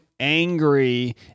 angry